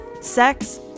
sex